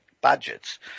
budgets